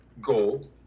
goal